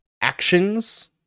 actions